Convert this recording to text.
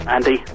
Andy